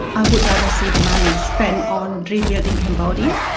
i would rather see the money spent on rebuilding cambodia,